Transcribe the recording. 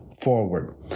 forward